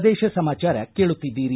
ಪ್ರದೇಶ ಸಮಾಚಾರ ಕೇಳುತ್ತಿದ್ದೀರಿ